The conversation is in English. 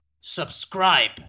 Subscribe